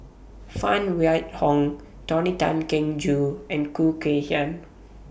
Phan Wait Hong Tony Tan Keng Joo and Khoo Kay Hian